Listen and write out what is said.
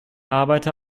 arbeiter